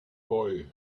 boy